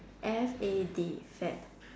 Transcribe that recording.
F A D fad